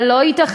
אבל לא ייתכן,